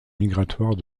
migratoire